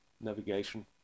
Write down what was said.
navigation